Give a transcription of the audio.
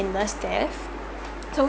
painless death so